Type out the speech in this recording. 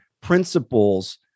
principles